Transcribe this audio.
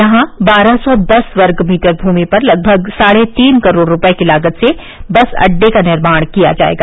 यहां बारह सौ दस वर्ग मीटर भूमि पर लगभग साढ़े तीन करोड़ रूपये की लागत से बस अड्डे का निर्माण किया जायेगा